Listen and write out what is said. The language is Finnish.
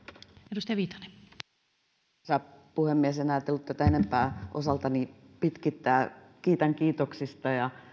arvoisa puhemies en ajatellut tätä enempää osaltani pitkittää kiitän kiitoksista ja